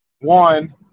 one